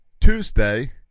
Tuesday